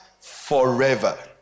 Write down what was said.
forever